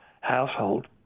household